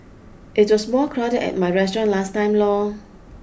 it was more crowded at my restaurant last time lor